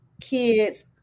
kids